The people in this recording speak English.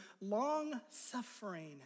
long-suffering